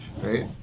right